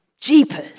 jeepers